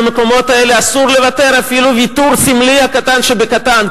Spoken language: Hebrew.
על המקומות האלה אסור לוותר אפילו ויתור סמלי הקטן שבקטן,